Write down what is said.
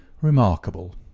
Remarkable